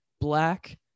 black